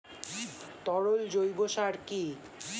তরল জৈব সার কি?